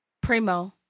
Primo